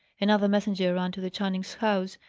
another messenger ran to the channings' house,